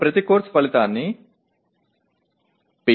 ஒவ்வொரு பாடநெறி விளைவுகளையும் பி